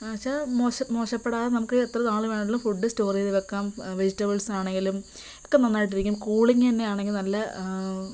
എന്ന് വെച്ചാൽ മോശ മോശപ്പെടാതെ നമുക്ക് എത്ര നാള് വേണേലും ഫുഡ് സ്റ്റോർ ചെയ്ത് വെക്കാം വെജിറ്റബിൾസ് ആണേലും ഒക്കെ നന്നായിട്ടിരിക്കും കൂളിംഗ് തന്നെ ആണെങ്കിൽ നല്ല